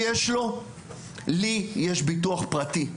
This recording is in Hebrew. לי יש ביטוח פרטי,